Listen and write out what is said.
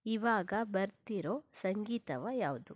ಇವಾಗ ಬರ್ತಿರೊ ಸಂಗೀತವು ಯಾವುದು